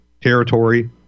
territory